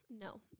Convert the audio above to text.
No